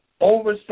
over